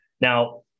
Now